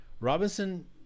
Robinson